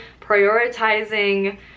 prioritizing